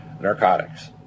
narcotics